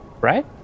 Right